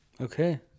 Okay